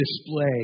display